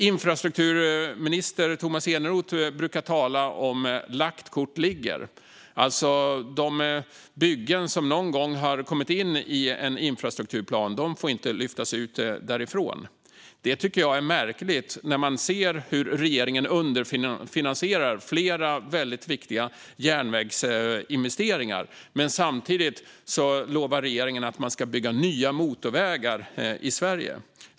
Infrastrukturminister Tomas Eneroth brukar tala om att lagt kort ligger, alltså att de byggen som någon gång har kommit in i en infrastrukturplan inte får lyftas ut ur den. Det tycker jag är märkligt när man ser hur regeringen underfinansierar flera väldigt viktiga järnvägsinvesteringar. Men samtidigt lovar regeringen att man ska bygga nya motorvägar i Sverige.